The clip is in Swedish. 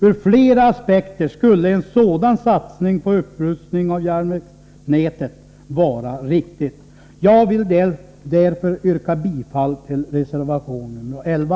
Ur flera aspekter skulle en sådan satsning på upprustning av järnvägsnätet vara riktig, jag vill därför yrka bifall till reservation nr 11.